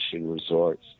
resorts